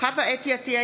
חוה אתי עטייה,